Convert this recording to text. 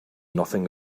nothing